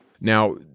Now